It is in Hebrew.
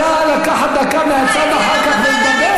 את יכולה לקחת דקה מהצד אחר כך ולדבר.